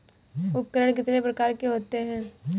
उपकरण कितने प्रकार के होते हैं?